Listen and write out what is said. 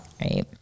right